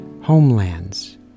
Homelands